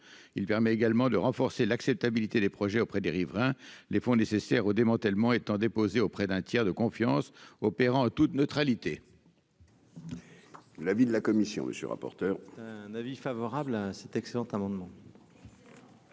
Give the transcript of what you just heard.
il permet également de renforcer l'acceptabilité des projets auprès des riverains, les fonds nécessaires au démantèlement étant déposée auprès d'un tiers de confiance opérant en toute neutralité. L'avis de la commission, monsieur le rapporteur, un avis favorable à cet excellent amendement.